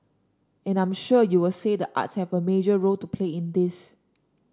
and I'm sure you'll say the arts have a major role to play in this